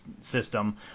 system